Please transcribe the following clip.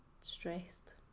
stressed